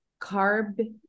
carb